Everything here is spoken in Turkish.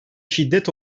şiddet